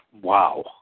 Wow